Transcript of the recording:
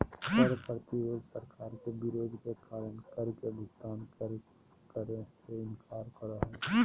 कर प्रतिरोध सरकार के विरोध के कारण कर के भुगतान करे से इनकार करो हइ